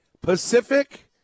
Pacific